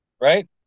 Right